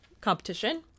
competition